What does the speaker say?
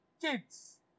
kids